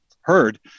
heard